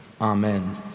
Amen